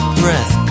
breath